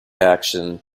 action